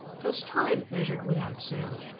plus time measured without sound.